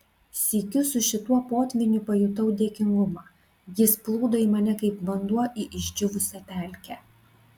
sykiu su šituo potvyniu pajutau dėkingumą jis plūdo į mane kaip vanduo į išdžiūvusią pelkę